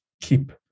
keep